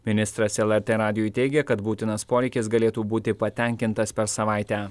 ministras lrt radijui teigė kad būtinas poreikis galėtų būti patenkintas per savaitę